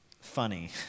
funny